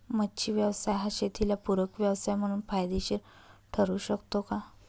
मच्छी व्यवसाय हा शेताला पूरक व्यवसाय म्हणून फायदेशीर ठरु शकतो का?